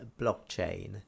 blockchain